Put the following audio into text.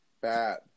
bad